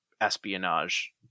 espionage